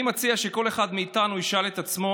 אני מציע שכל אחד מאיתנו ישאל את עצמו